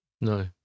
No